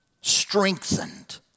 Strengthened